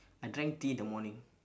I drank tea in the morning